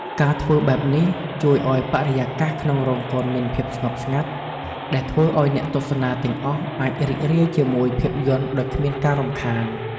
ការធ្វើបែបនេះ ជួយឲ្យបរិយាកាសក្នុងរោងកុនមានភាពស្ងប់ស្ងាត់ ដែលធ្វើឲ្យអ្នកទស្សនាទាំងអស់អាចរីករាយជាមួយភាពយន្តដោយគ្មានការរំខាន។